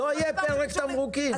לא יהיה פרק תמרוקים.